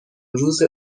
روز